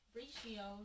ratio